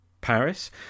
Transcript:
Paris